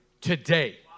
today